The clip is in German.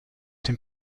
dem